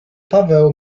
paweł